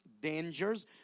dangers